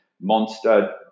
monster